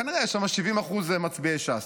כנראה יש שם 70% מצביעי ש"ס,